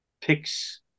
picks